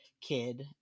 Kid